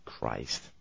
Christ